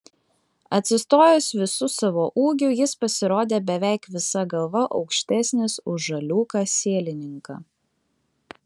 atsistojęs visu savo ūgiu jis pasirodė beveik visa galva aukštesnis už žaliūką sielininką